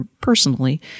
personally